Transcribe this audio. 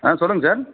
ஆ சொல்லுங்கள் சார்